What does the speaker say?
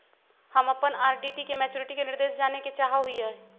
हम अप्पन आर.डी के मैचुरीटी के निर्देश जाने के चाहो हिअइ